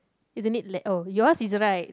isn't it let oh yours is right